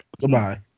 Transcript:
Goodbye